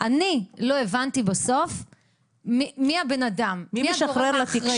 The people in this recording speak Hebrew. אני לא הבנתי בסוף מי הבן אדם, מי הגורם האחראי?